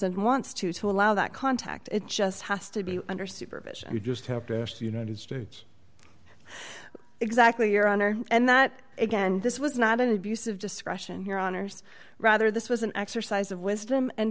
and wants to to allow that contact it just has to be under supervision you just have to ask the united states exactly your honor and that again this was not an abuse of discretion your honour's rather this was an exercise of wisdom and